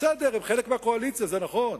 בסדר, הן חלק מהקואליציה, זה נכון,